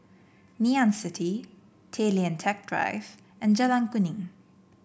Ngee Ann City Tay Lian Teck Drive and Jalan Kuning